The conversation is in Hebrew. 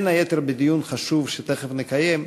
בין היתר בדיון חשוב שתכף נקיים,